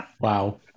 Wow